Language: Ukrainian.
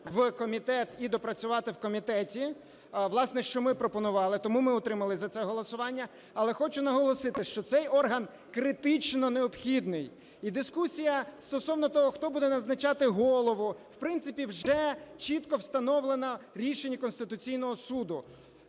в комітет і допрацювати в комітеті – власне, що ми пропонували. Тому ми утримались за це голосування. Але хочу наголосити, що цей орган критично необхідний, і дискусія стосовного того, хто буде назначати голову, в принципі, вже чітко встановлена рішенням Конституційного Суду.